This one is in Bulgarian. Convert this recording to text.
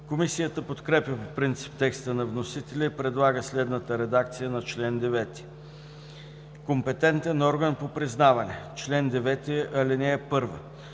Комисията подкрепя по принцип текста на вносителя и предлага следната редакция на чл. 9: „Компетентен орган по признаване Чл. 9. (1)